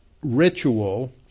ritual